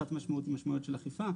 אחת מהן היא משמעות של אכיפה.